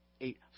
eight